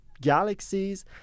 galaxies